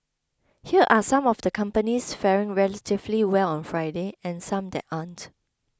here are some of the companies faring relatively well on Friday and some that aren't